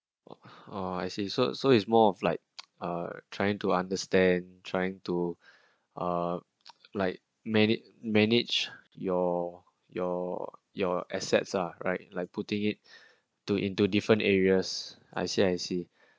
oh I see so so is more of like a trying to understand trying to uh like manage manage your your your assets ah right like putting it to into different areas I see I see